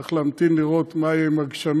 צריך להמתין לראות מה יהיה עם הגשמים.